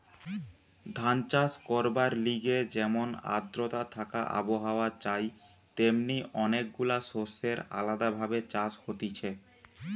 ধান চাষ করবার লিগে যেমন আদ্রতা থাকা আবহাওয়া চাই তেমনি অনেক গুলা শস্যের আলদা ভাবে চাষ হতিছে